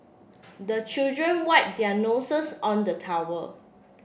the children wipe their noses on the towel